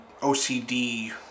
OCD